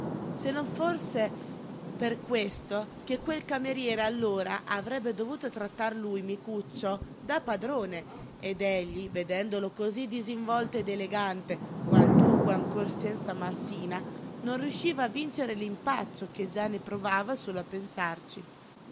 se non forse per questo che quel cameriere allora avrebbe dovuto trattar lui micuccio da padrone ed egli vedendolo cosí disinvolto ed elegante quantunque ancor senza marsina non riusciva a vincere l'impaccio che già ne provava solo a pensarci